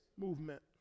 movement